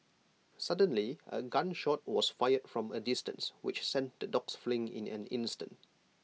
suddenly A gun shot was fired from A distance which sent the dogs fleeing in an instant